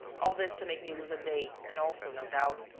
all this to make me lose a day and also, no doubt,